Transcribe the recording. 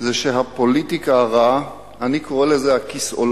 זה שהפוליטיקה הרעה, אני קורא לזה ה"כיסאולוגיה"